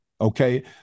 Okay